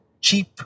cheap